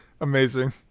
Amazing